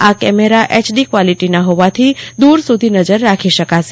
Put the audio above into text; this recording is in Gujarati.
આ કેમેરા એચડી કવોલીટીના હોવાથી દુર સુધી નજર રાખી શકશે